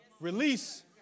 release